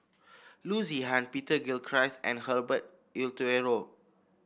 Loo Zihan Peter Gilchrist and Herbert Eleuterio